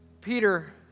Peter